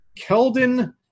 Keldon